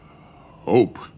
Hope